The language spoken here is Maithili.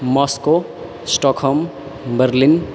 Moscow Stockholm Berlin